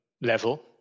level